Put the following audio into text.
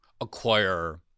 acquire